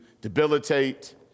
debilitate